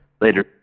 Later